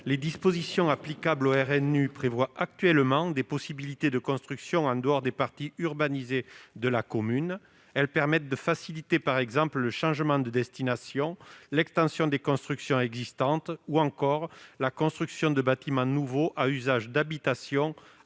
Les dispositions applicables au RNU prévoient actuellement des possibilités de construction en dehors des parties urbanisées de la commune. Elles permettent par exemple de faciliter « le changement de destination, [...] l'extension des constructions existantes ou [encore] la construction de bâtiments nouveaux à usage d'habitation